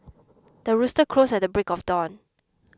the rooster crows at the break of dawn